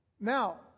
Now